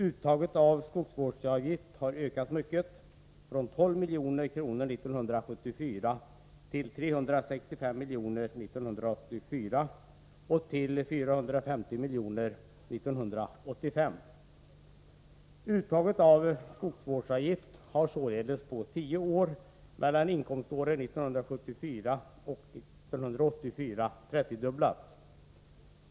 Uttaget av skogsvårdsavgift har ökat mycket — från 12 milj.kr. 1974 till 365 milj.kr. 1984 och till 450 milj.kr. 1985. Uttaget av skogsvårdsavgift har således på tio år, mellan inkomståren 1974 och 1984, trettiodubblats.